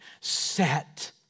Set